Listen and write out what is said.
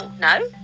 no